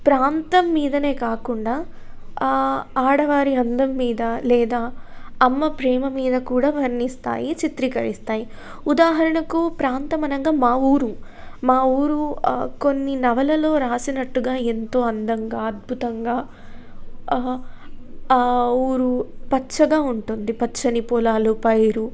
ప్రాంతం మీదనే కాకుండా ఆడవారి అందం మీద లేదా అమ్మ ప్రేమ మీద కూడా వర్ణస్తాయి చిత్రీకరిస్తాయి ఉదాహరణకు ప్రాంతం అనంగా మా ఊరు మా ఊరు కొన్ని నవలలో రాసినట్టుగా ఎంతో అందంగా అద్భుతంగా ఊరు పచ్చగా ఉంటుంది పచ్చని పొలాలు పైరు